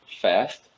fast